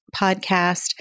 podcast